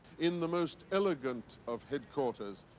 in the most elegant of headquarters,